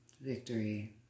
Victory